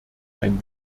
ein